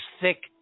thick